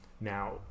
Now